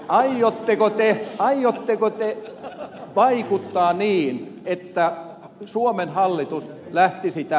aiotteko te vaikuttaa niin että suomen hallitus lähtisi tähän mukaan